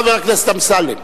חבר הכנסת אמסלם.